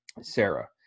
Sarah